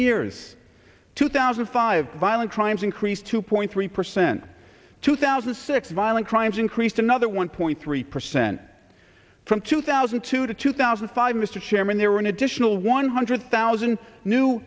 years two thousand five bylane crimes increased two point three percent two thousand and six violent crimes increased another one point three percent from two thousand to two thousand and five mr chairman there were an additional one hundred thousand new